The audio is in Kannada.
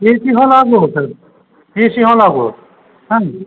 ಎ ಸಿ ಹಾಲ್ ಆಗ್ಬೌದು ಸರ್ ಎ ಸಿ ಹಾಲ್ ಆಗ್ಬೋದು ಹಾಂ